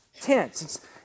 tense